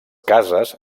cases